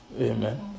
Amen